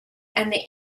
and